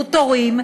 נוצרו תורים,